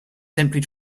simply